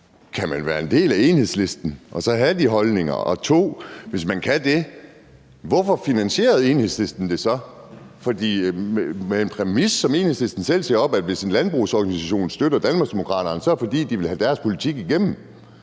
Kan man være en del af Enhedslisten og så havde de holdninger? Og hvis man kan det, hvorfor finansierede Enhedslisten det så? For hvis Enhedslisten har det som præmis, at hvis en landbrugsorganisation støtter Danmarksdemokraterne, så er det, fordi de vil have politik igennem,